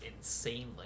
insanely